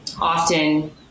often